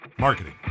marketing